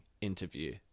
interview